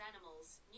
animals